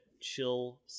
Chill